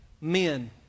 men